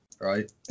Right